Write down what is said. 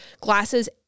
glasses